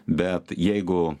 bet jeigu